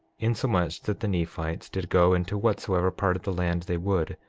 insomuch that the nephites did go into whatsoever part of the land they would,